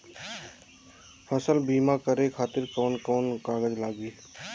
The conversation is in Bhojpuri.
फसल बीमा करे खातिर कवन कवन कागज लागी?